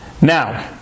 Now